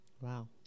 Wow